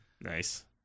nice